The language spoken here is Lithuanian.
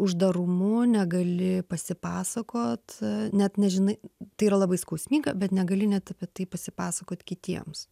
uždarumu negali pasipasakot net nežinai tai yra labai skausminga bet negali net apie tai pasipasakot kitiems